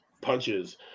punches